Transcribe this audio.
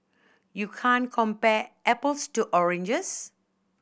you can't compare apples to oranges